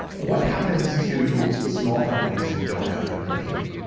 what happens to small companies who don't have good bookkeeping?